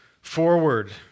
forward